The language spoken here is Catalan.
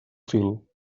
fil